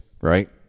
Right